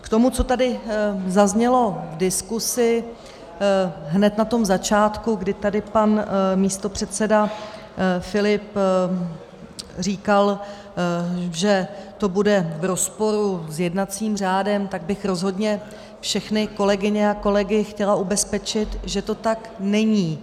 K tomu, co tady zaznělo v diskusi, hned na tom začátku, kdy tady pan místopředseda Filip říkal, že to bude v rozporu s jednacím řádem, tak bych rozhodně všechny kolegyně a kolegy chtěla ubezpečit, že to tak není.